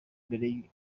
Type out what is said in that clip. mbere